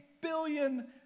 billion